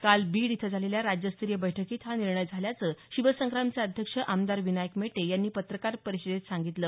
काल बीड इथं झालेल्या राज्यस्तरीय बैठकीत हा निर्णय झाल्याच शिवसंग्रामचे अध्यक्ष आमदार विनायक मेटे यांनी पत्रकार परिषदेत सांगितलं